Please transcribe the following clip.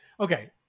Okay